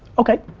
okay.